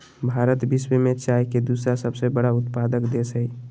भारत विश्व में चाय के दूसरा सबसे बड़ा उत्पादक देश हइ